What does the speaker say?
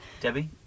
Debbie